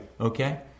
Okay